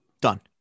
Done